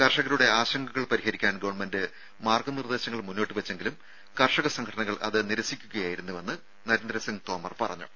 കർഷകരുടെ ആശങ്കകൾ പരിഹരിക്കാൻ ഗവൺമെന്റ് മാർഗ നിർദേശങ്ങൾ മുന്നോട്ട് വെച്ചെങ്കിലും കർഷക സംഘടനകൾ അത് നിരസിക്കുകയായിരുന്നുവെന്നും തോമർ പറഞ്ഞു